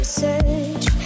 search